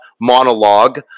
monologue